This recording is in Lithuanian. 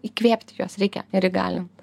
įkvėpti juos reikia ir įgalint